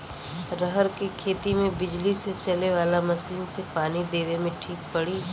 रहर के खेती मे बिजली से चले वाला मसीन से पानी देवे मे ठीक पड़ी?